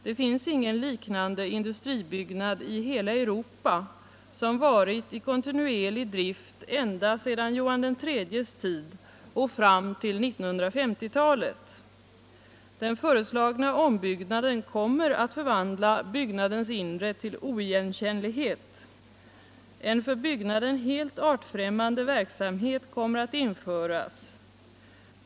Det finns ingen liknande industribyggnad i hela Europa, som har varit i kontinuerlig drift ända sedan Johan III:s tid och fram till 1950-talet. Den föreslagna ombyggnaden kommer att förvandla byggnadens inre till oigenkännlighet. En för byggnaden helt artfrämmande verksamhet kommer att införas.